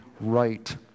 right